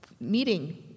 meeting